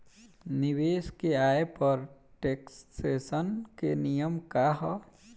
निवेश के आय पर टेक्सेशन के नियम का ह?